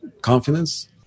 confidence